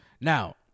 Now